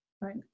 Right